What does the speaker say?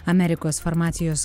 amerikos farmacijos